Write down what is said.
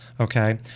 okay